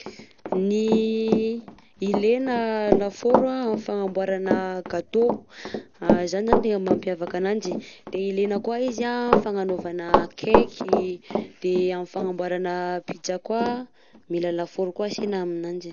Ny ilaina lafaoro am'fagnamboarana gâteaux, izany zany no tegna mampiavaka ananjy, de ilaina koa izy anh am'fagnanaovana cake, de am'fagnamboarana pizza koà, mila lafaoro koa ansena aminanjy.